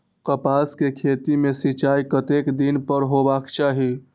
कपास के खेती में सिंचाई कतेक दिन पर हेबाक चाही?